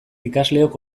ikasleok